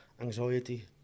anxiety